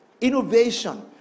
innovation